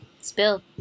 Spill